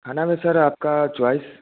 खाने में सर आपकी चॉइस